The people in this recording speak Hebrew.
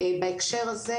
בהקשר הזה,